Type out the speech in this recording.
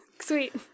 Sweet